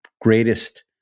greatest